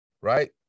Right